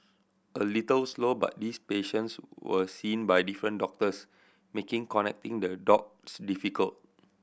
a little slow but these patients were seen by different doctors making connecting the dots difficult